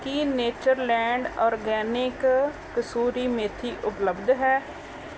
ਕੀ Natureland organic ਕਸੂਰੀ ਮੇਥੀ ਉਪਲੱਬਧ ਹੈ